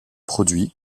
produits